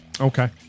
Okay